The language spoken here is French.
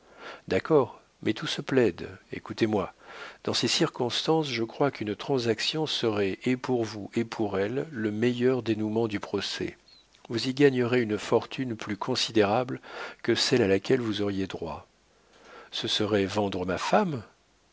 d'accord mais tout se plaide écoutez-moi dans ces circonstances je crois qu'une transaction serait et pour vous et pour elle le meilleur dénoûment du procès vous y gagnerez une fortune plus considérable que celle à laquelle vous auriez droit ce serait vendre ma femme